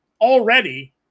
already